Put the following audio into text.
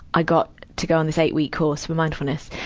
i got to go on this eight-week course for mindfulness.